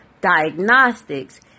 diagnostics